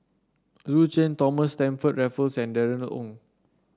Yu Zhuye Thomas Stamford Raffles and Darrell Ang